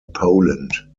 poland